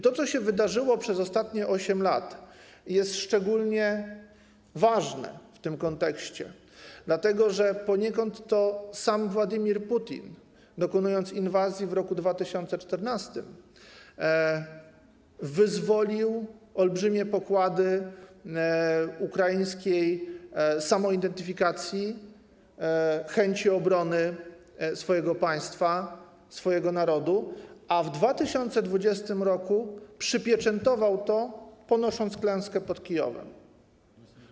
To, co się wydarzyło przez ostatnie 8 lat, jest szczególnie ważne w tym kontekście, dlatego że poniekąd to sam Władimir Putin, dokonując inwazji w 2014 r., wyzwolił olbrzymie pokłady ukraińskiej samoidentyfikacji, chęci obrony swojego państwa, swojego narodu, a w 2020 r. przypieczętował to, ponosząc klęskę pod Kijowem.